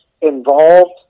involved